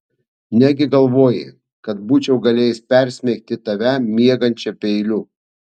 negi galvoji kad būčiau galėjęs persmeigti tave miegančią peiliu